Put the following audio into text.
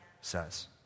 says